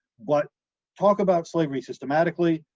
but talk about slavery systematically,